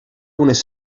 unes